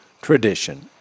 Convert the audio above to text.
tradition